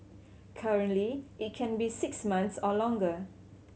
currently it can be six months or longer